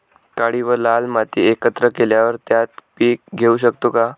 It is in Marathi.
काळी व लाल माती एकत्र केल्यावर त्यात पीक घेऊ शकतो का?